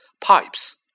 Pipes